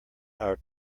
our